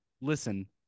Listen